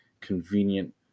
convenient